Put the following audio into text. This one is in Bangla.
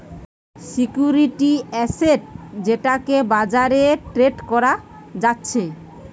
সিকিউরিটি এসেট যেটাকে বাজারে ট্রেড করা যাচ্ছে